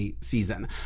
season